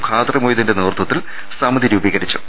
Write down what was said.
ഖാദർ മൊയ്തീന്റെ നേതൃത്വത്തിൽ സമിതി രൂപീകരിച്ചു